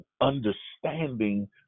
understanding